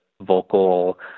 vocal